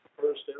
First